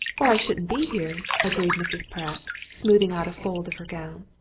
i shouldn't be here, agreed mrs. pratt, smoothing out a fold of her gown.